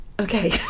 Okay